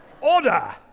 Order